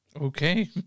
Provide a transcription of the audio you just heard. Okay